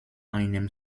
einem